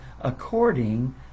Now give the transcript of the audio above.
according